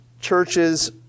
Churches